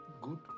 good